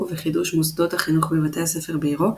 וחידוש מוסדות החינוך בבתי הספר בעירו,